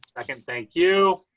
second, thank you.